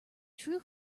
true